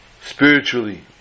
spiritually